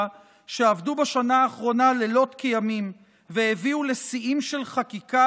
שעבדו בשנה האחרונה לילות כימים והביאו לשיאים של חקיקה,